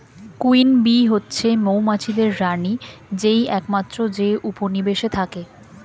queen bee হচ্ছে মৌমাছিদের রানী যেই একমাত্র যে উপনিবেশে থাকে